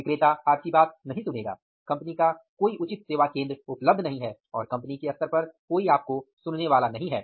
विक्रेता आपकी बात नहीं सुनेगा कंपनी का कोई उचित सेवा केंद्र उपलब्ध नहीं है और कंपनी के स्तर पर कोई आपको सुनने वाला नहीं है